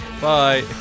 Bye